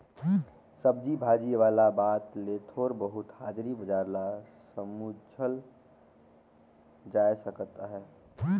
सब्जी भाजी वाला बात ले थोर बहुत हाजरी बजार ल समुझल जाए सकत अहे